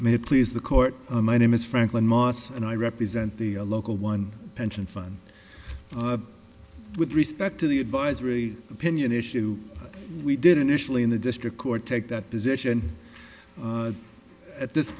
may please the court my name is franklin moss and i represent the local one pension fund with respect to the advisory opinion issue we did initially in the district court take that position at this